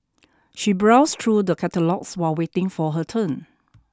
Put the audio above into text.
she browsed through the catalogues while waiting for her turn